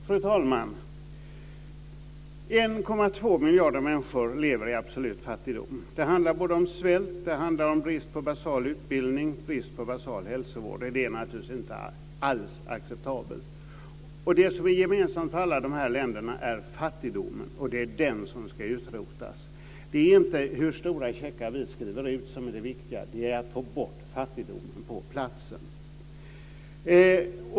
Fru talman! 1,2 miljarder människor lever i absolut fattigdom. Det handlar om svält, brist på basal utbildning och brist på basal hälsovård. Det är naturligtvis inte alls acceptabelt. Det som är gemensamt för alla dessa länder är fattigdomen. Det är den som ska utrotas. Det är inte hur stora checkar vi skriver ut som är det viktiga utan att få bort fattigdomen på platsen.